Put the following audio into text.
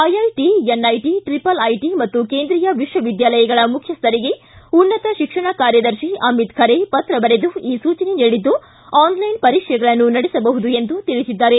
IIT NIT triple IT ಮತ್ತು ಕೇಂದ್ರೀಯ ವಿಶ್ವವಿದ್ಯಾಲಯಗಳ ಮುಖ್ಯಸ್ಥರಿಗೆ ಉನ್ನತ ಶಿಕ್ಷಣ ಕಾರ್ಯದರ್ಶಿ ಅಮಿತ್ ಖರೆ ಪತ್ರ ಬರೆದು ಈ ಸೂಚನೆ ನೀಡಿದ್ದು ಆನ್ಲೈನ್ ಪರೀಕ್ಷೆಗಳನ್ನು ನಡೆಸಬಹುದು ಎಂದು ತಿಳಿಸಿದ್ದಾರೆ